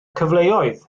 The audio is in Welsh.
cyfleoedd